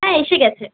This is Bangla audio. হ্যাঁ এসে গেছে